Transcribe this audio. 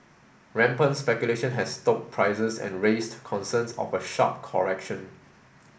rampant speculation has stoked prices and raised concerns of a sharp correction